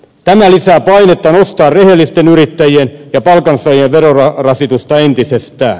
tämä lisää painetta nostaa rehellisten yrittäjien ja palkansaajien verorasitusta entisestään